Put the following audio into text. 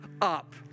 up